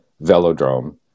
velodrome